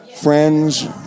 friends